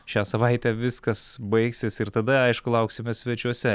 šią savaitę viskas baigsis ir tada aišku lauksime svečiuose